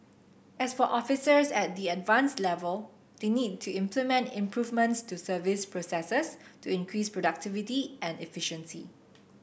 as for officers at the Advanced level they need to implement improvements to service processes to increase productivity and efficiency